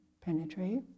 penetrate